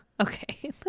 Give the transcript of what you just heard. Okay